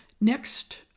next